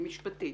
היא משפטית,